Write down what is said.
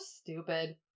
stupid